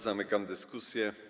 Zamykam dyskusję.